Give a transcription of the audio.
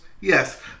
Yes